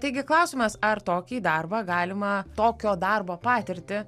taigi klausimas ar tokį darbą galima tokio darbo patirtį